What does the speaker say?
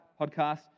podcast